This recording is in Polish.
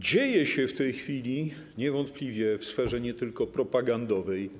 Dzieje się w tej chwili wiele niewątpliwie w sferze nie tylko propagandowej.